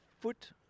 foot